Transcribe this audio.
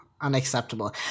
Unacceptable